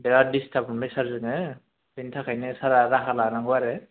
बिराद डिसटार्ब मोनबाय सार जोङो बेनि थाखायनो सारा राहा लानांगौ आरो